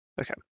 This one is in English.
Okay